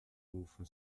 rufen